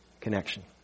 connection